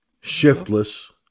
shiftless